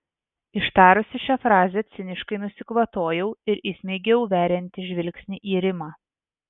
ištarusi šią frazę ciniškai nusikvatojau ir įsmeigiau veriantį žvilgsnį į rimą